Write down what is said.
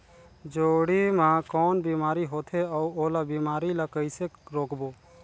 जोणी मा कौन बीमारी होथे अउ ओला बीमारी ला कइसे रोकबो?